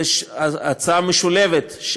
הצעה משולבת,